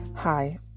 Hi